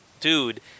dude